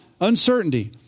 uncertainty